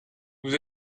vous